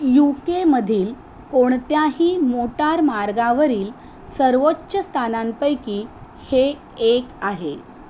you केमधील कोणत्याही मोटारमार्गावरील सर्वोच्च स्थानांपैकी हे एक आहे